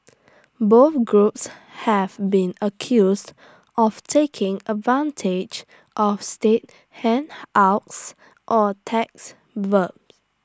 both groups have been accused of taking advantage of state handouts or tax verb